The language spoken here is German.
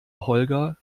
holger